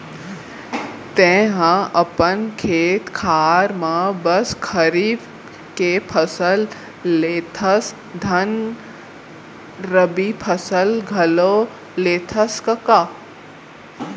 तैंहा अपन खेत खार म बस खरीफ के फसल लेथस धन रबि फसल घलौ लेथस कका?